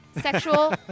sexual